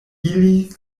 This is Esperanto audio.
ili